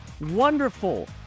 wonderful